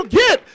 get